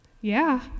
Yeah